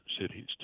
cities